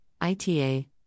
ITA